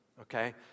Okay